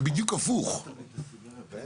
שאם אתם לא תוציאו שומה,